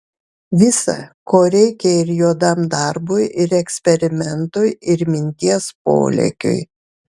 visa ko reikia ir juodam darbui ir eksperimentui ir minties polėkiui